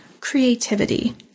creativity